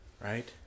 right